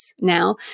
now